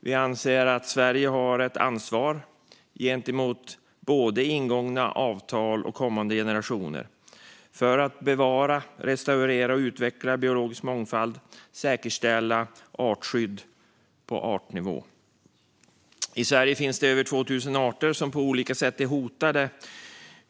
Vi anser att Sverige har ett ansvar gentemot ingångna avtal och kommande generationer för att bevara, restaurera och utveckla biologisk mångfald och säkerställa artskydd på artnivå. I Sverige finns det över 2 000 arter som på olika sätt är hotade.